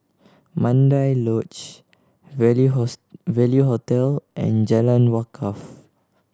Mandai Lodge Value Value Hotel and Jalan Wakaff